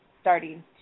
starting